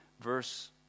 verse